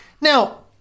Now